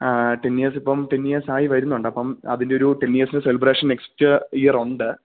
ടെനിയേഴ്സിപ്പം റ്റെന്നിഴേസായി വരുന്നുണ്ട് അപ്പം അതിൻ്റെ ഒരു ടെന്നിയെസിൻ്റെ സെലിബ്രേഷൻ നെക്സ്റ്റ് ഇയർ ഒണ്ട്